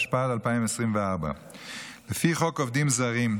התשפ"ד 2024. לפי חוק עובדים זרים,